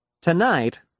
Tonight